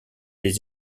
les